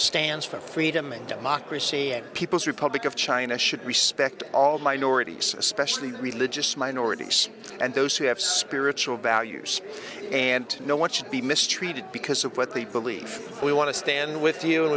stands for freedom and democracy people's republic of china should respect all minorities especially religious minorities and those who have spiritual values and no one should be mistreated because of what they believe we want to stand with you and